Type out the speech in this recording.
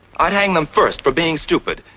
i'd hang them first, for being stupid.